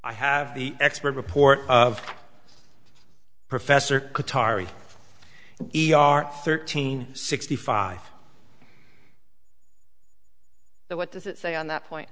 i have the expert report of professor qatari e r thirteen sixty five what does it say on that point